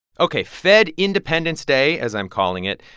ok. fed independence day, as i'm calling it,